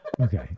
Okay